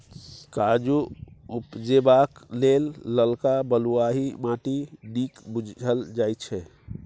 काजु उपजेबाक लेल ललका बलुआही माटि नीक बुझल जाइ छै